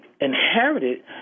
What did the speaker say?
inherited